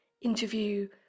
interview